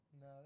No